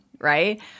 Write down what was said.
right